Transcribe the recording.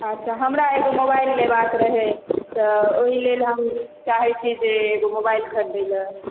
अच्छा हमरा एगो मोबाइल लेबाक रहय तऽ ओहिलेल हम चाहै छी जे एगो मोबाइल ख़रीदऽ लए